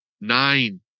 nine